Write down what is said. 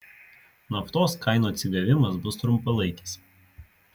naftos kainų atsigavimas bus trumpalaikis